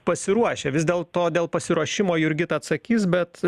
pasiruošę vis dėlto dėl pasiruošimo jurgita atsakys bet